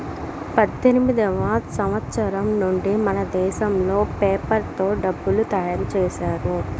పద్దెనిమిదివ సంవచ్చరం నుండి మనదేశంలో పేపర్ తో డబ్బులు తయారు చేశారు